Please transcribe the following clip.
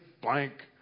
blank